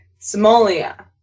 somalia